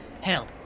Hell